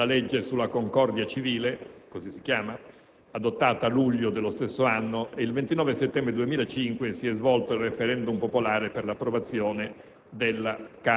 Uno degli aspetti più significativi della politica attuata dal presidente Bouteflika è stato infatti il processo di normalizzazione della situazione interna dopo l'offensiva terroristica degli anni '90.